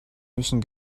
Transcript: müssen